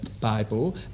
bible